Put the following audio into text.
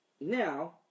Now